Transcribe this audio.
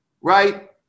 right